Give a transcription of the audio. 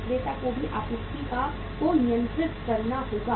विक्रेता को भी आपूर्ति को नियंत्रित करना होगा